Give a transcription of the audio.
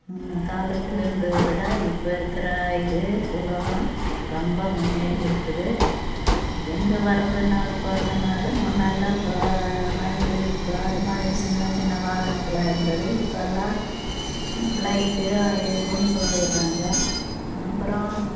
முன் காலத்தில் இருந்ததை விட இப்போ இருக்கிற இது உலகம் ரொம்ப முன்னேறி இருக்குது எங்கே வர்றதுனாலும் போறதுனாலும் முன்னாலெல்லாம் ப வண்டி ப அது மாதிரி சின்ன சின்ன வாகனங்களாக இருந்தது இப்போ எல்லாம் ஃப்ளைட்டு அது இதுன்னு போயிடறாங்க அப்புறோம்